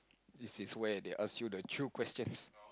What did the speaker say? this is where they ask you the true questions